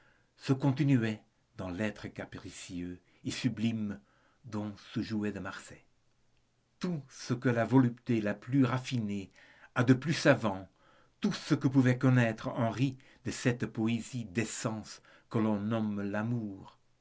se continuait dans l'être capricieux et sublime dont se jouait de marsay tout ce que la volupté la plus raffinée a de plus savant tout ce que pouvait connaître henri de cette poésie des sens que l'on nomme l'amour